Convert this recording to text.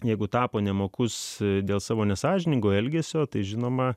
jeigu tapo nemokus dėl savo nesąžiningo elgesio tai žinoma